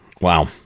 wow